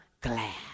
glad